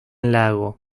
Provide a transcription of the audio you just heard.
lago